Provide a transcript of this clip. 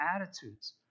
attitudes